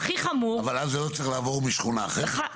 אבל אז זה לא צריך לעבור משכונה אחרת?